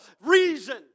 reason